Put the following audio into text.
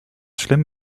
slam